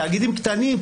תאגידים קטנים,